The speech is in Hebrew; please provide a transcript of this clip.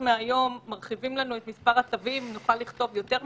אם מישהו רוצה להשיג ולבקש פטור מבידוד או